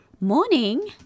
Morning